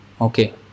Okay